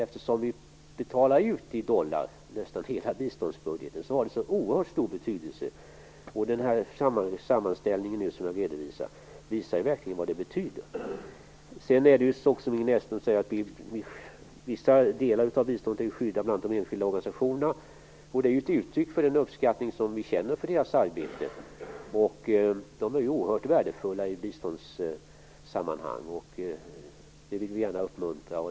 Eftersom vi betalar ut nästan hela biståndsbudgeten i dollar har det oerhört stor betydelse. Den sammanställning som jag gjorde visar verkligen vad det betyder. Vissa delar av biståndet vill vi skydda, som Ingrid Näslund säger. Det gäller bl.a. biståndet till de enskilda organisationerna. Det är ett uttryck för den uppskattning vi känner för deras arbete. De är oerhört värdefulla i biståndssammanhang. Det vill vi gärna uppmuntra.